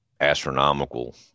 astronomical